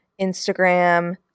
Instagram